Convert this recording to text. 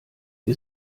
wir